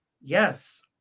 Yes